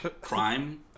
crime